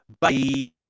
Bye